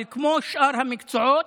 אבל כמו שאר המקצועות,